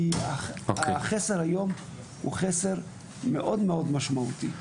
כי החסר היום הוא חסר מאוד מאוד משמעותי.